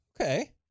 Okay